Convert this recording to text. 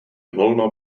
volno